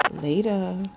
later